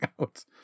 out